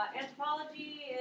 anthropology